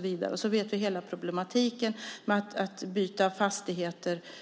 Vi känner till hela problematiken,